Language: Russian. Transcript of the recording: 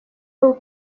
был